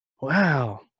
Wow